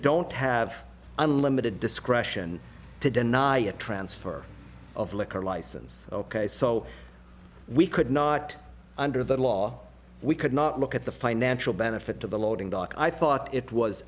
don't have unlimited discretion to deny a transfer of liquor license ok so we could not under the law we could not look at the financial benefit to the loading dock i thought it was